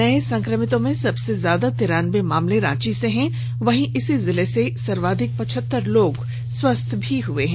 नए संक्रमितों में सबसे ज्यादा तिरान्बे मामले रांची से मिले हैं वहीं इसी जिले से ही सर्वाधिक पचहत्तर लोग स्वस्थ भी हुए हैं